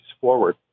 forward